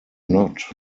not